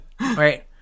Right